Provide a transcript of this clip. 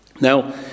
Now